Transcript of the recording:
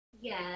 Yes